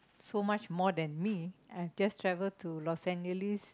so much more than me I just travel to Los Angeles